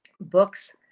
Books